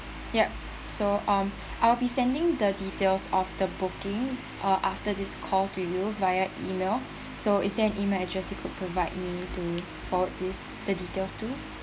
ya so um I will be sending the details of the booking uh after this call to you via email so is there an email address you could provide me to forward this the details to